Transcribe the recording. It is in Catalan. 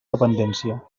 dependència